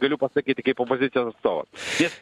galiu pasakyti kaip opozicijos atstovas